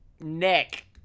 Nick